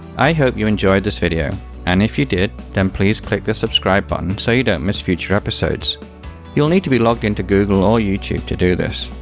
i hope you enjoyed the video and if you did, then please click the subscribe button so you don't miss future episodes you'll need to be logged in to google or youtube to do this.